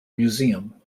museum